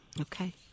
Okay